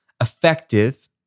effective